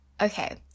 okay